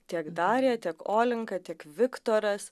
tiek darija tiek olenka tiek viktoras